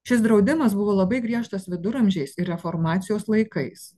šis draudimas buvo labai griežtas viduramžiais ir reformacijos laikais